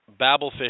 Babblefish